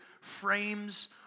frames